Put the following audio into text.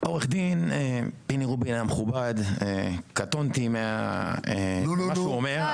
עו"ד פיני רובין המכובד, קטונתי ממה שהוא אומר.